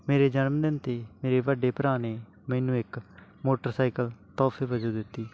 ਮੇਰੇ ਜਨਮਦਿਨ 'ਤੇ ਮੇਰੇ ਵੱਡੇ ਭਰਾ ਨੇ ਮੈਨੂੰ ਇੱਕ ਮੋਟਰਸਾਈਕਲ ਤੋਹਫੇ ਵਜੋਂ ਦਿੱਤੀ